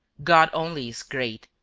god only is great!